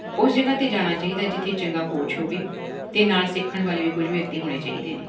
ਉਸ ਜਗ੍ਹਾ 'ਤੇ ਜਾਣਾ ਚਾਹੀਦਾ ਜਿੱਥੇ ਚੰਗਾ ਕੋਚ ਹੋਵੇ ਅਤੇ ਨਾਲ ਸਿੱਖਣ ਵਾਲੇ ਵੀ ਕੁਝ ਵਿਅਕਤੀ ਹੋਣੇ ਚਾਹੀਦੇ ਨੇ